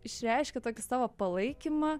išreiškia tokį savo palaikymą